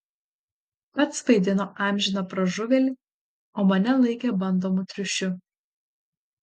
pats vaidino amžiną pražuvėlį o mane laikė bandomu triušiu